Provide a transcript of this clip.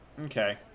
Okay